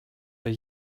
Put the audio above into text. but